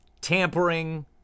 tampering